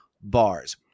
bars